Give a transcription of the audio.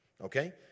Okay